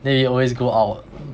then we always go out